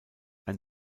ein